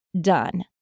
done